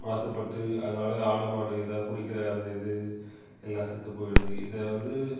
மாசுப்பட்டு அதனால ஆடு மாடு இதை குடிக்கிற அந்த இது எல்லாம் செத்து போயிடுது இதை வந்து